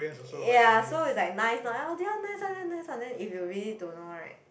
ya so it's like nice lor oh this one nice one this one nice then if you really don't know right